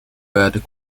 buiten